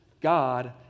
God